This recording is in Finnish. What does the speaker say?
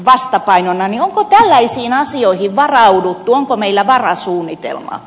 onko tällaisiin asioihin varauduttu onko meillä varasuunnitelma